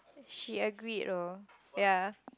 she agreed lor ya